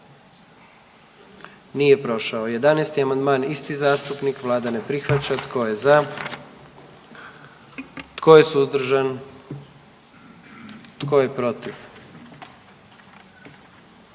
dio zakona. 44. Kluba zastupnika SDP-a, vlada ne prihvaća. Tko je za? Tko je suzdržan? Tko je protiv?